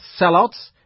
sellouts